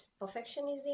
perfectionism